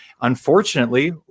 unfortunately